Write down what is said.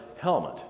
helmet